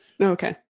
Okay